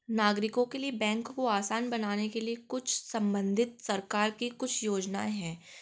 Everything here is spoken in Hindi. नागरिकों के लिए बैंक को आसान बनाने के लिए कुछ संबंधित सरकार के कुछ योजनाएं हैं